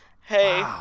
hey